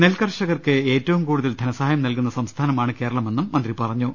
നെൽ കർഷകർക്ക് ഏ റ്റവും കൂടുതൽ ധനസഹായം നൽകുന്ന സംസ്ഥാനമാണ് കേരളമെന്നും മന്ത്രി പറഞ്ഞു